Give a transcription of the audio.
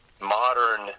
modern